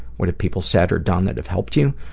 what have people said or done that have helped you?